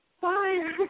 Bye